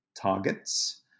targets